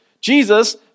Jesus